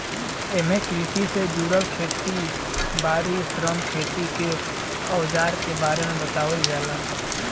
एमे कृषि के जुड़ल खेत बारी, श्रम, खेती के अवजार के बारे में बतावल जाला